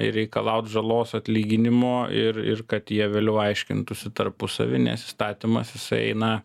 ir reikalaut žalos atlyginimo ir ir kad jie vėliau aiškintųsi tarpusavy nes įstatymas jis eina